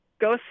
go